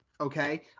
okay